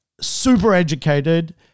super-educated